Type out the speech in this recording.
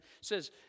says